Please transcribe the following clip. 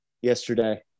yesterday